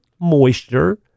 moisture